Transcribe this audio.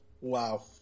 Wow